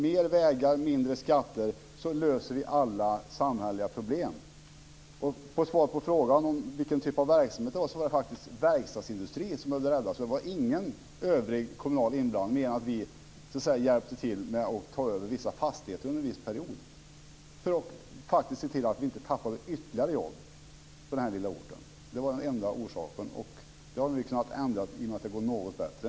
Mer vägar, mindre skatter - så löser vi alla samhälleliga problem. Som svar på frågan om vilken typ av verksamhet det var så var det faktiskt verkstadsindustri som behövde räddas. Det var ingen övrig kommunal inblandning mer än att vi så att säga hjälpte till med att ta över vissa fastigheter under en viss period för att se till att vi inte tappade ytterligare jobb på den här lilla orten. Det var enda orsaken. Det har vi nu kunnat ändra i och med att det går något bättre.